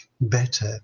better